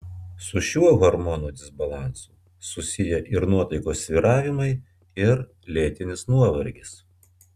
su šiuo hormonų disbalansu susiję ir nuotaikos svyravimai ir lėtinis nuovargis